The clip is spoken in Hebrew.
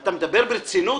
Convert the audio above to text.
אתה מדבר ברצינות?